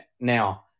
Now